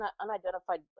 unidentified